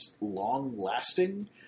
long-lasting